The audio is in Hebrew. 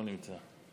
לא נמצא.